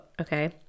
okay